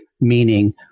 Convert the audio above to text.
meaning